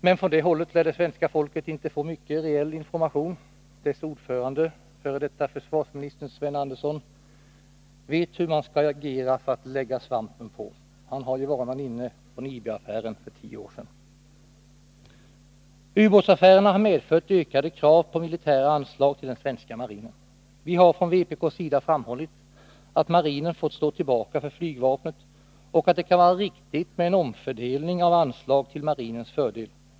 Men från det hållet lär svenska folket inte få mycket reell information. Dess ordförande, f. d. försvarsministern Sven Andersson, vet hur man skall agera för att lägga svampen på. Han har ju vanan inne från IB-affären för tio år sedan. Utbåtsaffärerna har medfört krav på ökande militära anslag till den svenska marinen. Vi har från vpk:s sida framhållit att marinen fått stå tillbaka för flygvapnet och att det kan vara riktigt med en omfördelning av anslag till marinens fördel.